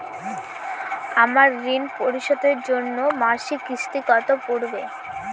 আমার ঋণ পরিশোধের জন্য মাসিক কিস্তি কত পড়বে?